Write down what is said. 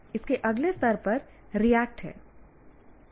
इसके अगले स्तर पर रिएक्ट है